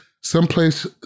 Someplace